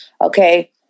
Okay